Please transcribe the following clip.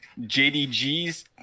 JDG's